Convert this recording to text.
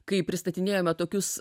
kai pristatinėjome tokius